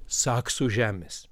saksų žemės